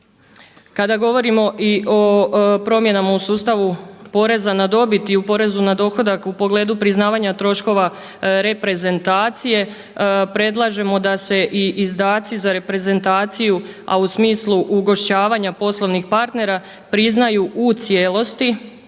Kada govorimo o promjenama u sustavu poreza na dobiti i u porezu na dohodak u pogledu priznavanja troškova reprezentacije, predlažemo da se i izdaci za reprezentaciju a u smislu ugošćavanja poslovnih partnera priznaju u cijelosti,